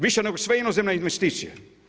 Više nego sva inozemna investicija.